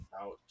Ouch